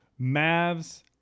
Mavs